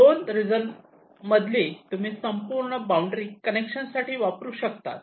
2 region मधली तुम्ही संपूर्ण बाउंड्री कनेक्शन साठी वापरू शकतात